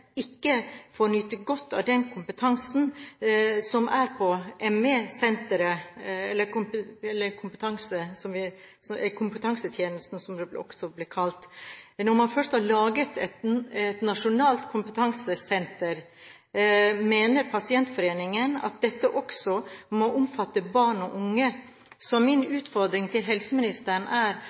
ikke får nyte godt av den kompetansen som er på ME-senteret eller kompetansetjenesten, som det også blir kalt. Når man først har laget et nasjonalt kompetansesenter, mener pasientforeningen at dette også må omfatte barn og unge. Så min utfordring til helseministeren er